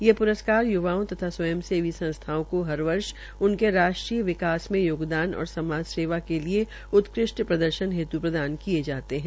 ये प्रस्कार युवाओं तथा स्वंय सेवी संसथाओं को हर वर्ष उनके राष्ट्रीय विकास में योगदान और समाज सेवा के लिए उतकृष्ट प्रदर्शन हेत् प्रदान किये गये है